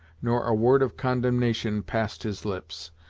nor a word of condemnation passed his lips.